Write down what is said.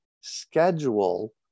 schedule